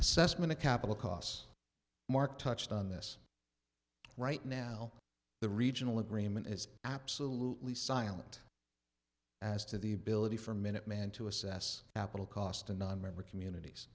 assessment of capital costs mark touched on this right now the regional agreement is absolutely silent as to the ability for a minute man to assess apple cost a nonmember communities